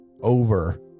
over